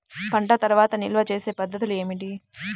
పంట తర్వాత నిల్వ చేసే పద్ధతులు ఏమిటి?